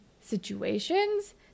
situations